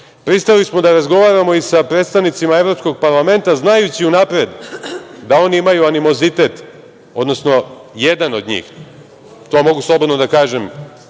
smo da razgovaramo i sa predstavnicima Evropskog parlamenta, znajući unapred da oni imaju animozitet, odnosno jedan od njih, to mogu slobodno da kažem,